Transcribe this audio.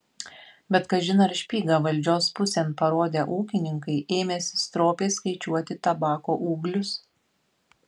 bet kažin ar špygą valdžios pusėn parodę ūkininkai ėmėsi stropiai skaičiuoti tabako ūglius